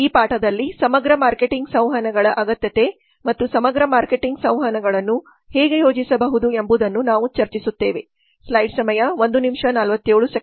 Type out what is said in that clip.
ಈ ಪಾಠದಲ್ಲಿ ಸಮಗ್ರ ಮಾರ್ಕೆಟಿಂಗ್ಸಂವಹನಗಳ ಅಗತ್ಯತೆ ಮತ್ತು ಸಮಗ್ರ ಮಾರ್ಕೆಟಿಂಗ್ಸಂವಹನಗಳನ್ನು ಹೇಗೆ ಯೋಜಿಸಬಹುದು ಎಂಬುದನ್ನು ನಾವು ಚರ್ಚಿಸುತ್ತೇವೆ